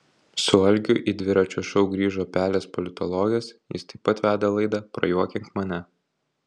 su algiu į dviračio šou grįžo pelės politologės jis taip pat veda laidą prajuokink mane